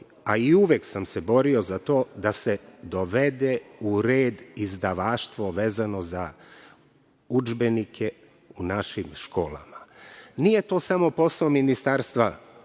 a i uvek sam se borio za to da se dovede u red izdavaštvo vezano za udžbenike u našim školama. Nije to samo posao Ministarstva